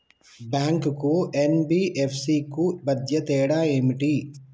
Bank కు NBFC కు మధ్య తేడా ఏమిటి?